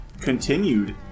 Continued